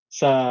sa